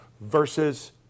versus